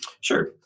Sure